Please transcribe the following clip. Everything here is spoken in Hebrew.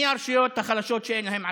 מי הרשויות החלשות שאין להן עסקים?